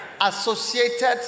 associated